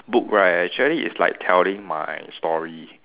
book right actually is like telling my story